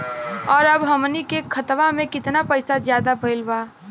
और अब हमनी के खतावा में कितना पैसा ज्यादा भईल बा?